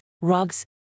rugs